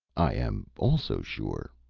i am also sure,